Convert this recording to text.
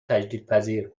تجدیدپذیر